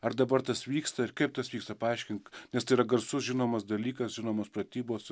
ar dabar tas vyksta ir kaip tas vyksta paaiškink nes tai yra garsus žinomas dalykas žinomos pratybos